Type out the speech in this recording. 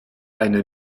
eine